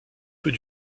peut